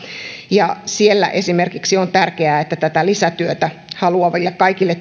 ja siellä esimerkiksi on tärkeää että kaikille lisätyötä haluaville